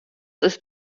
ist